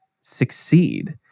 succeed